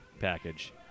package